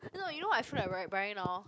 no no you know what I feel like weari~ buying now